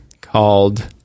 called